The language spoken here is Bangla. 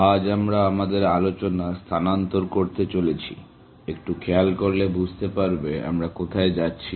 আজ আমরা আমাদের আলোচনা স্থানান্তর করতে চলেছি একটু খেয়াল করলে বুঝতে পারবে আমরা কোথায় যাচ্ছি